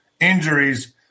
injuries